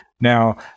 Now